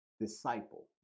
disciple